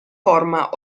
forma